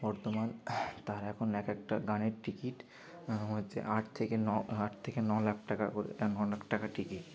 বর্তমান তার এখন এক একটা গানের টিকিট হচ্ছে আট থেকে ন আট থেকে ন লাখ টাকা করে অনেক টাকা টিকিট